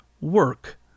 work